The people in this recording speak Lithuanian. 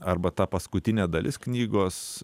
arba ta paskutinė dalis knygos